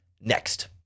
Next